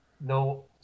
No